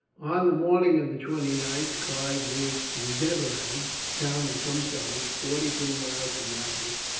on the morning of the twenty ninth clive reached conjeveram, a town of some size, forty-two miles from madras.